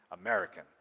American